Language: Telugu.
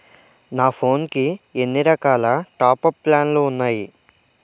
నా ఫోన్ కి ఎన్ని రకాల టాప్ అప్ ప్లాన్లు ఉన్నాయి?